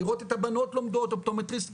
לראות את הבנות לומדות אופטומטריסט,